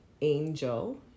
angel